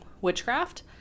witchcraft